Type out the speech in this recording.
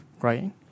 right